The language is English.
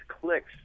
clicks